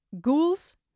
ghouls